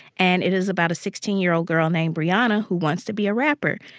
and it is about a sixteen year old girl named brianna who wants to be a rapper.